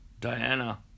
Diana